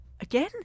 again